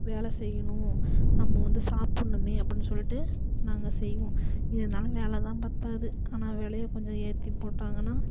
வேலை செய்யணும் நம்ம வந்து சாப்பிட்ணுமே அப்படின்னு சொல்லிட்டு நாங்கள் செய்வோம் இருந்தாலும் வில தான் பத்தாது ஆனால் விலைய கொஞ்ச ஏற்றி போட்டாங்கன்னா